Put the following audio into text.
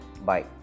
Bye